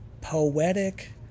poetic